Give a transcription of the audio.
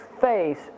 face